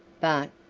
but,